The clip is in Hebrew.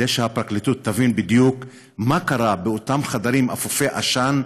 כדי שהפרקליטות תבין בדיוק מה קרה באותם חדרים אפופי עשן,